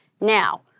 Now